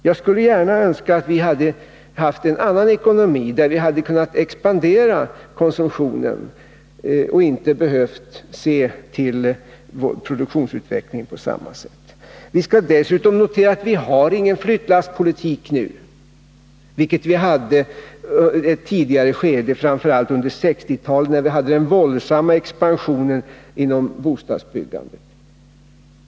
Jag skulle önska att vi hade haft en annan ekonomi, där vi hade kunnat expandera konsumtionen och inte behövt se till vår produktionsutveckling på samma sätt som nu. Vi skall dessutom notera att vi inte längre har någon flyttlasspolitik, vilket vi hade i ett tidigare skede, framför allt under 1960-talet, när vi hade den våldsamma expansionen inom bostadsbyggandet.